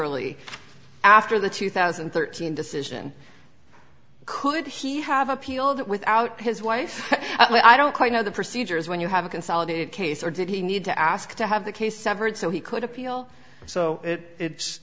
lly after the two thousand and thirteen decision could he have appealed it without his wife i don't quite know the procedure is when you have a consolidated case or did he need to ask to have the case severed so he could appeal so it i